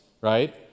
right